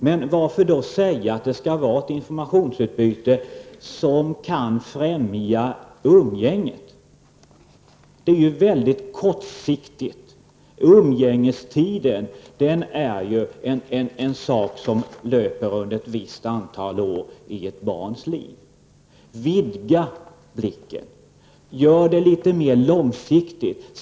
Men varför då säga att det skall vara ett informationsutbyte som kan främja umgänget? Det är mycket kortsiktigt tänkt. Umgängestiden löper under ett visst antal år i barnets liv. Vidga blicken och tänk litet mer långsiktigt!